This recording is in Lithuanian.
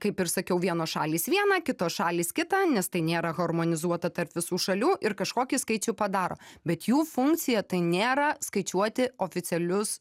kaip ir sakiau vienos šalys vieną kitos šalys kitą nes tai nėra harmonizuota tarp visų šalių ir kažkokį skaičių padaro bet jų funkcija tai nėra skaičiuoti oficialius